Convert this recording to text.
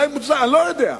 אני לא יודע,